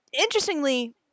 interestingly